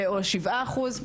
או שבעה אחוז.